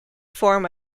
form